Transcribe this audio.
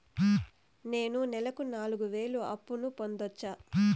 నేను నెలకు నాలుగు వేలు అప్పును పొందొచ్చా?